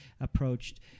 approached